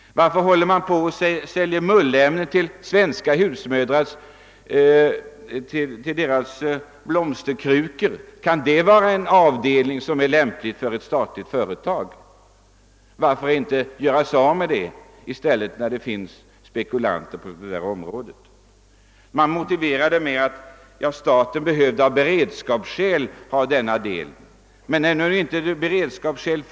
Varför fortsätter man att sälja mullämnen till Svenska husmödrars blomkrukor? Kan det vara en verksamhet som är lämplig för ett statligt företag? Varför inte göra sig av med det företaget när det finns spekulanter? Man motiverar det med att staten av beredskapsskäl behövde denna verksamhet.